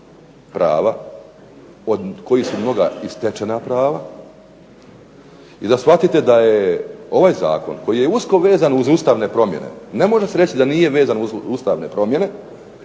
prava od kojih su mnoga i stečena prava i da shvatite da je ovaj zakon koji je usko vezan uz ustavne promjene, ne može se reći da nije vezan uz ustavne promjene,